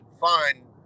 fine